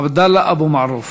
עבדאללה אבו מערוף.